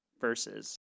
verses